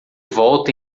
volta